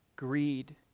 greed